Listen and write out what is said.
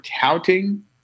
touting